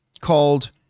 called